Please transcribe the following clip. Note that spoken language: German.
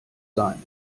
sein